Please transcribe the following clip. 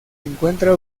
encuentra